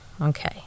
okay